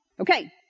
Okay